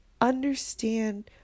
understand